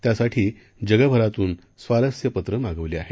त्यासाठी जगभरातून स्वारस्य पत्रं मागवली आहेत